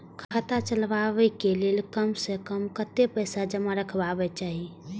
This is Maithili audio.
खाता चलावै कै लैल कम से कम कतेक पैसा जमा रखवा चाहि